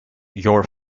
your